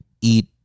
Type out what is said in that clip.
eat